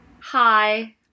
Hi